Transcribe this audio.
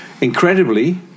Incredibly